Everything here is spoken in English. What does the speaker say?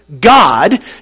God